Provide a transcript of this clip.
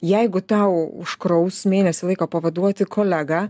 jeigu tau užkraus mėnesį laiko pavaduoti kolegą